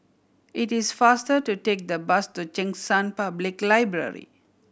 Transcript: it is faster to take the bus to Cheng San Public Library